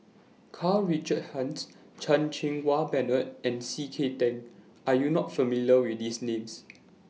Karl Richard Hanitsch Chan Cheng Wah Bernard and C K Tang Are YOU not familiar with These Names